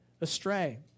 astray